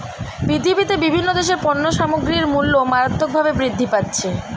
পৃথিবীতে বিভিন্ন দেশের পণ্য সামগ্রীর মূল্য মারাত্মকভাবে বৃদ্ধি পাচ্ছে